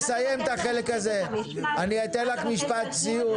את המשפט --- אני אתן לך משפט סיום,